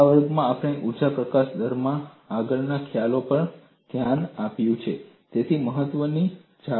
આ વર્ગમાં આપણે ઊર્જા પ્રકાશન દરમાં આગળના ખ્યાલો પર ધ્યાન આપ્યું છે